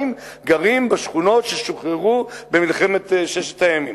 גרים בשכונות ששוחררו במלחמת ששת הימים.